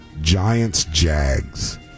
Giants-Jags